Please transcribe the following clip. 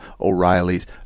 O'Reillys